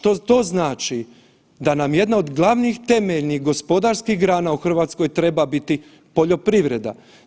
To znači da nam jedna od glavnih temeljnih gospodarskih grana u Hrvatskoj treba biti poljoprivreda.